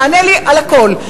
תענה לי על הכול.